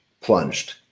plunged